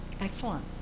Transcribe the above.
excellent